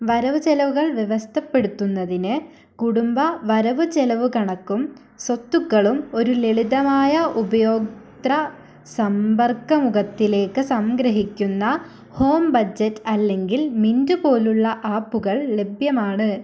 വരവു ചെലവുകള് വ്യവസ്ഥപ്പെടുത്തുന്നതിന് കുടുംബ വരവു ചെലവു കണക്കും സ്വത്തുക്കളും ഒരു ലളിതമായ ഉപയോക്തൃ സമ്പര്ക്ക മുഖത്തിലേക്ക് സംഗ്രഹിക്കുന്ന ഹോം ബജറ്റ് അല്ലെങ്കിൽ മിൻറ്റ് പോലുള്ള ആപ്പുകൾ ലഭ്യമാണ്